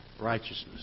righteousness